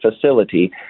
facility